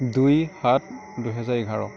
দুই সাত দুহেজাৰ এঘাৰ